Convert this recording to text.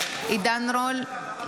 עידן רול,